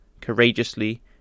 courageously